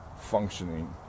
functioning